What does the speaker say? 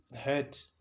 hurt